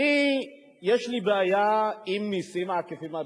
אדוני היושב-ראש, יש לי בעיה עם מסים עקיפים.